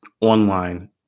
online